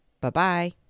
Bye-bye